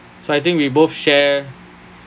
so I think we both share